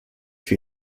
wir